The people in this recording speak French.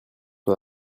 sur